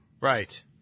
Right